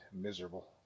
miserable